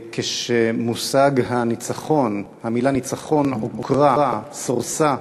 כשמושג הניצחון, המילה ניצחון עוקרה, סורסה,